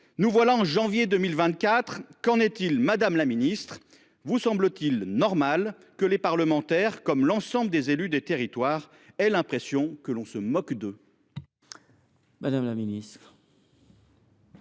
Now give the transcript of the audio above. Nous voilà en janvier 2024. Qu’en est il, madame la ministre ? Vous semble t il normal que les parlementaires, comme l’ensemble des élus du territoire, aient l’impression que l’on se moque d’eux ? La parole est